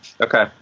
Okay